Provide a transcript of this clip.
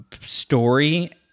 story